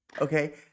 Okay